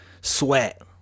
sweat